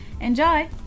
Enjoy